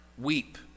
weep